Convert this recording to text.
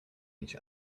each